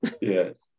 yes